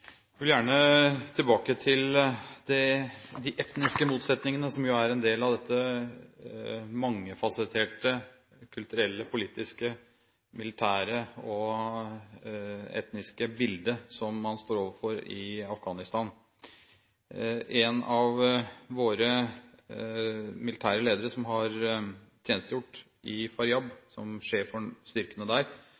en del av det mangefasetterte – kulturelle, politiske, militære og etniske – bildet som man står overfor i Afghanistan. En av våre militære ledere som har tjenestegjort som sjef for styrkene i Faryab,